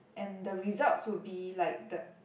and the results would be like the